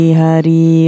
hari